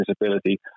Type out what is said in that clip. disability